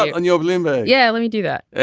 on your bloomberg. yeah let me do that.